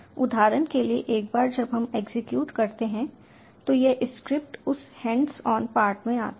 उदाहरण के लिए एक बार जब हम एग्जीक्यूट करते हैं तो यह स्क्रिप्ट उस हैंड्स ऑन पार्ट में आता है